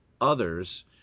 others